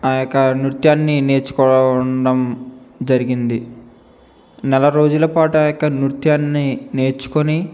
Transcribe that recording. ఆ యొక్క నృత్యాన్ని నేర్చుకోవడం జరిగింది నెల రోజులపాటు ఆ యొక్క నృత్యాన్ని నేర్చుకొని